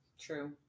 true